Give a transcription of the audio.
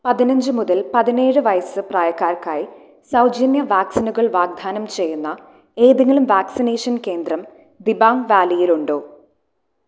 പതിനഞ്ചു മുതൽ പതിനേഴ് വയസ്സ് പ്രായക്കാർക്കായി സൗജന്യ വാക്സിനുകൾ വാഗ്ദാനം ചെയ്യുന്ന ഏതെങ്കിലും വാക്സിനേഷൻ കേന്ദ്രം ദിബാംഗ് വാലിയിൽ ഉണ്ടോ